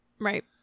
Right